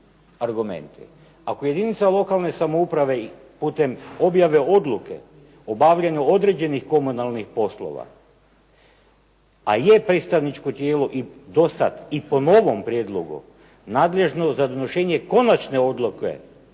Ako jedinica lokalne samouprave putem objave odluke obavljene određenih komunalnih poslova, a je predstavničko tijelo i do sad i po novom prijedlogu nadležno za donošenje konačne odluke